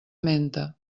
menta